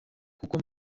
kuko